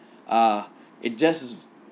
ah it just